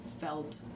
felt